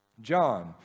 John